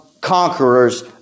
conquerors